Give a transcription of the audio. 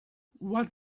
what